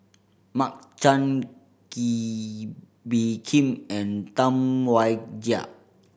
Mark Chan Kee Bee Khim and Tam Wai Jia